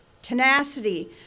tenacity